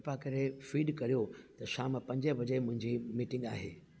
कृपा करे फीड करियो त शाम पंजे बजे मुंहिंजी मीटिंग आहे